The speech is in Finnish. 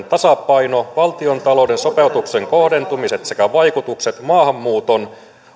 tasapaino valtiontalouden sopeutuksen kohdentumiset sekä vaikutukset maahanmuuton